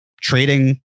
trading